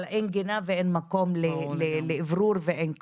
אבל אין גינה ואין מקום לאיוורור ואין כלום.